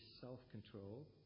self-control